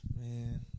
Man